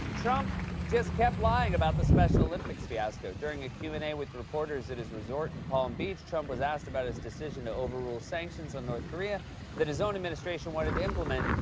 trump just kept lying about the special olympics fiasco. during a q and a with reporters at his resort in palm beach, trump was asked about his decision to overrule sanctions on north korea that his own administration wanted to implement,